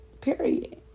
period